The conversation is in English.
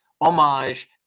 homage